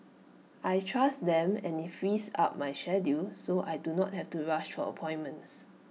I trust them and IT frees up my schedule so I do not have to rush of appointments